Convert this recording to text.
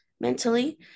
mentally